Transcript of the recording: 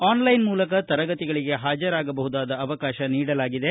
online ಮೂಲಕ ತರಗತಿಗಳಿಗೆ ಹಾಜರಾಗಬಹುದಾದ ಆವಕಾಶ ನೀಡಲಾಗಿದೆ